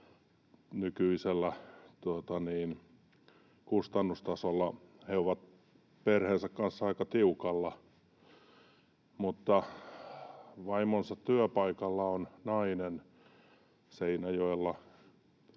Nykyisellä kustannustasolla he ovat perheensä kanssa aika tiukalla. Mutta hänen vaimonsa työpaikalla, Seinäjoella